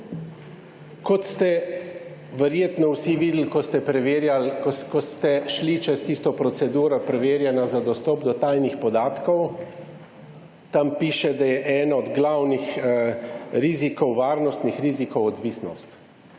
kot ste verjetno vsi videli, ko ste šli čez tisto proceduro preverjanja za dostop do tajnih podatkov, tam piše, da je eden od glavnih rizikov, varnostnih rizikov odvisnost.